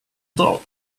dog